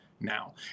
now